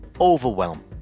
overwhelm